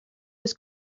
was